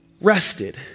rested